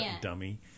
dummy